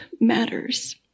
matters